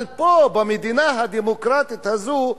אבל פה, במדינה הדמוקרטית הזאת,